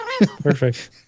perfect